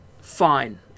fine